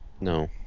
No